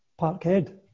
Parkhead